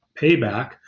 payback